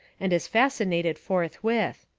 and is fascinated forth with.